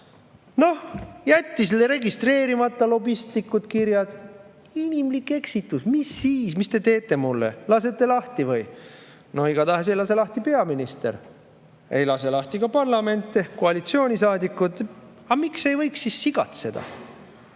Jättis registreerimata lobistlikud kirjad? Inimlik eksitus! Mis siis? Mis te teete mulle? Lasete lahti või?!" Igatahes ei lase lahti peaminister, ei lase lahti ka parlament ehk koalitsioonisaadikud. Miks ei võiks siis sigatseda? Probleem